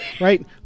right